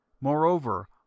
Moreover